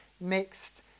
mixed